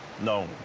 No